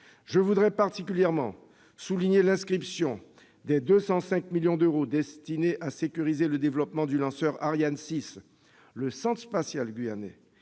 Je voudrais particulièrement souligner l'inscription des 205 millions d'euros destinés à sécuriser le développement du lanceur Ariane 6. Le Centre spatial guyanais,